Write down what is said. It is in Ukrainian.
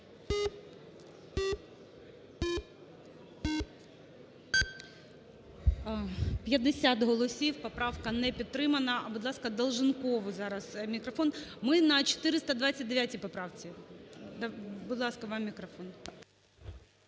За-50 Поправка не підтримана. Будь ласка, Долженкову зараз мікрофон. Ми на 429 поправці. Будь ласка, вам мікрофон.